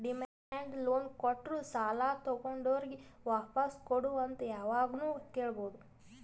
demand loan ಕೊಟ್ಟೋರು ಸಾಲ ತಗೊಂಡೋರಿಗ್ ವಾಪಾಸ್ ಕೊಡು ಅಂತ್ ಯಾವಾಗ್ನು ಕೇಳ್ಬಹುದ್